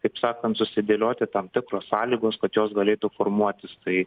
kaip sakant susidėlioti tam tikros sąlygos kad jos galėtų formuotis tai